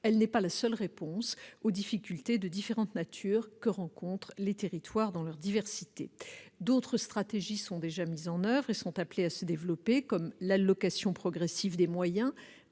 elle n'est pas la seule réponse aux difficultés de différentes natures que rencontrent les territoires dans leur diversité. D'autres stratégies sont déjà mises en oeuvre et sont appelées à se développer, comme l'allocation progressive des moyens